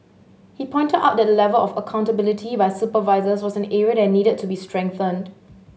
he pointed out that the level of accountability by supervisors was an area that needed to be strengthened